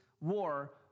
war